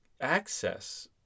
access